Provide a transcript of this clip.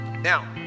now